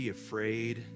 afraid